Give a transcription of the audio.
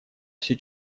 все